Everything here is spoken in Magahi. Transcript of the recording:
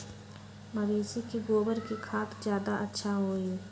मवेसी के गोबर के खाद ज्यादा अच्छा होई?